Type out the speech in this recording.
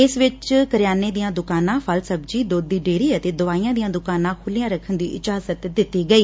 ਇਸ ਵਿਚ ਕਰਿਆਨੇ ਦੀਆਂ ਦੁਕਾਨਾਂ ਫਲ ਸਬਜ਼ੀ ਦੁੱਧ ਦੀ ਡੇਅਰੀ ਅਤੇ ਦਵਾਈਆਂ ਦੀਆਂ ਦੁਕਾਨਾਂ ਖੁਲ੍ਹਿਆ ਰੱਖਣ ਦੀ ਇਜ਼ਾਜਤ ਦਿੱਤੀ ਗਈ